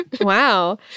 Wow